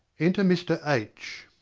enter mr. h.